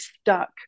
stuck